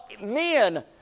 Men